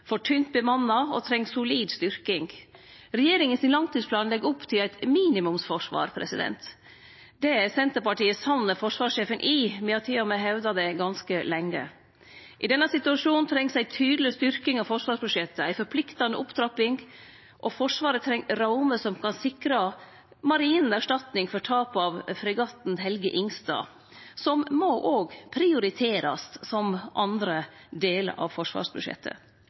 for tynt bemanna og treng solid styrking. Regjeringa sin langtidsplan legg opp til eit minimumsforsvar. Det er Senterpartiet samd med forsvarssjefen i. Me har til og med hevda det ganske lenge. I denne situasjonen trengst ei tydeleg styrking av forsvarsbudsjettet, ei forpliktande opptrapping. Forsvaret treng rammer som kan sikre Marinen erstatning for tapet av fregatten «Helge Ingstad», som også må prioriterast, som andre delar av forsvarsbudsjettet.